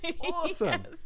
Awesome